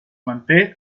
manté